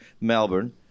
Melbourne